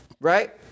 right